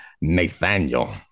Nathaniel